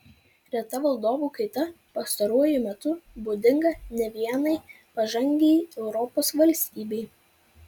reta vadovų kaita pastaruoju metu būdinga ne vienai pažangiai europos valstybei